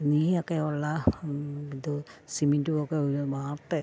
നീയൊക്കെ ഉള്ള ഇത് സിമൻറ്റുവൊക്കെ വാർത്ത്